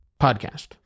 podcast